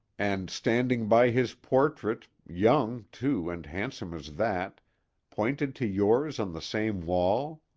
and standing by his portrait young, too, and handsome as that pointed to yours on the same wall?